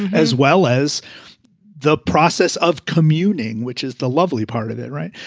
as well as the process of commuting, which is the lovely part of it. right.